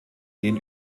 den